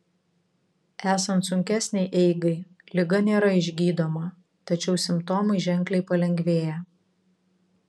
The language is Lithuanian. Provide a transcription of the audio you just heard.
esant sunkesnei eigai liga nėra išgydoma tačiau simptomai ženkliai palengvėja